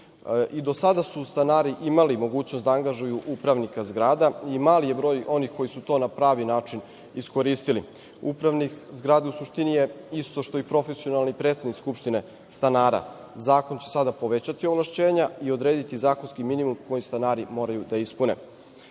do sada su stanari imali mogućnost da angažuju upravnika zgrada i mali je broj onih koji su to na pravi način iskoristili. Upravnik zgrade u suštini je isto što i profesionalni predsednik skupštine stanara. Zakon će sada povećati ovlašćenja i odrediti zakonski minimum koji stanari moraju da ispune. Zakon